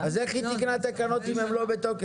אז איך היא תיקנה תקנות אם הן לא בתוקף?